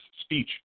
speech